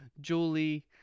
julie